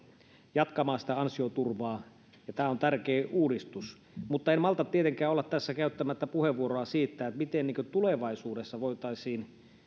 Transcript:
jatkamaan sitä ansioturvaa tämä on tärkeä uudistus mutta tietenkään en malta olla tässä käyttämättä puheenvuoroa siitä miten tulevaisuudessa voitaisiin